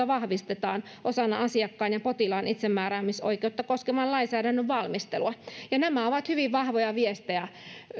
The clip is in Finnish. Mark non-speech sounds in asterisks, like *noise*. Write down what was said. *unintelligible* vahvistetaan osana asiakkaan ja potilaan itsemääräämisoikeutta koskevan lainsäädännön valmistelua ja nämä ovat hyvin vahvoja viestejä